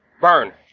Burn